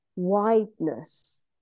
wideness